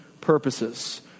purposes